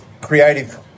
creative